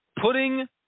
putting